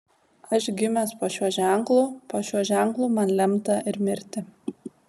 aš gimęs po šiuo ženklu po šiuo ženklu man lemta ir mirti